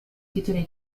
titoli